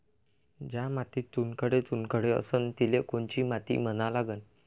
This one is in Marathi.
ज्या मातीत चुनखडे चुनखडे असन तिले कोनची माती म्हना लागन?